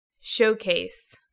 showcase